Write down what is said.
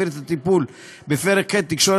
החליטה ועדת הכנסת להעביר את הטיפול בפרק ח': תקשורת,